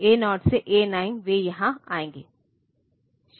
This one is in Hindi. A 0 से A 9 वे यहां आएंगे